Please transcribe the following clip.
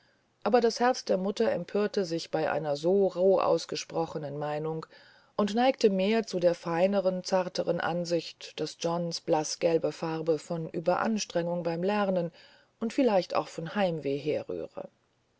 aber das herz der mutter empörte sich bei einer so roh ausgesprochenen meinung und neigte mehr zu der feineren und zarteren ansicht daß johns blaßgelbe farbe von überanstrengung beim lernen und vielleicht auch von heimweh herrühre